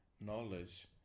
knowledge